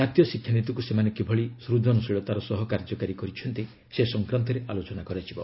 ଜାତୀୟ ଶିକ୍ଷାନୀତିକୁ ସେମାନେ କିଭଳି ସ୍ଟଜନଶୀଳତାର ସହ କାର୍ଯ୍ୟକାରୀ କରିଛନ୍ତି ସେ ସଂକ୍ରାନ୍ତରେ ଆଲୋଚନା କରାଯିବ